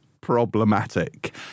problematic